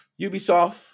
Ubisoft